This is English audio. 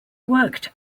worked